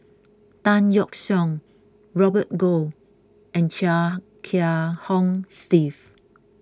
Tan Yeok Seong Robert Goh and Chia Kiah Hong Steve